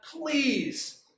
please